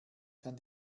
kann